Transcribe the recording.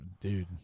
Dude